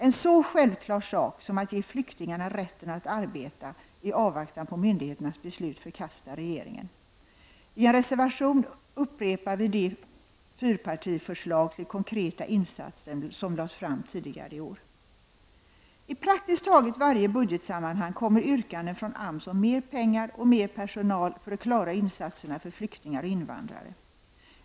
En så självklar sak som att ge flyktingarna rätten att arbeta i avvaktan på myndigheternas beslut förkastar regeringen. I en reservation upprepar vi de fyrpartiförslag till konkreta insatser som lades fram tidigare i år. I praktiskt taget varje budgetsammanhang kommer yrkanden från AMS om mer pengar och mer personal för att klara insatserna för flyktingar och invandrare.